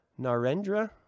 Narendra